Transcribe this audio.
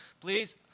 please